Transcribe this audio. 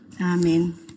Amen